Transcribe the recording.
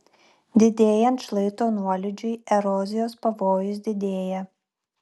didėjant šlaito nuolydžiui erozijos pavojus didėja